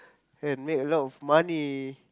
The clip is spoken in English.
and make a lot of money